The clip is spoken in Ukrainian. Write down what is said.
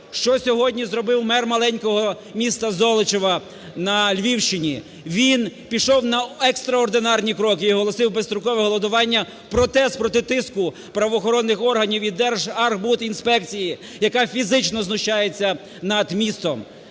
Що сьогодні зробив мер маленького міста Золочева на Львівщині? Він пішов на екстраординарні кроки і оголосив безстрокове голодування – протест проти тиску правоохоронних органів і Держархбудінспекції, яка фізично знущається над містом.